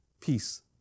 peace